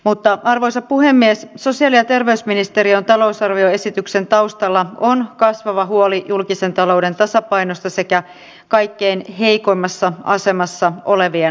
mutta arvoisa puhemies joseliaterveysministeriön talousarvioesityksen taustalla on sivistyksen pohjan murentaminen kaventaa nuorten mahdollisuuksia ja pahentaa nuorisotyöttömyyttä entisestään